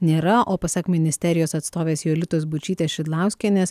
nėra o pasak ministerijos atstovės jolitos būčytės šidlauskienės